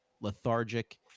lethargic